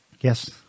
Yes